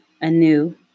anew